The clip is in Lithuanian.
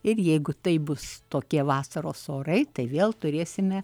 ir jeigu taip bus tokie vasaros orai tai vėl turėsime